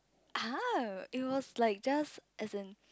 it was like just as in